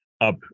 up